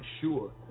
sure